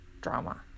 drama